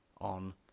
on